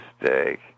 mistake